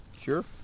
Sure